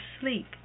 sleep